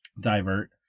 divert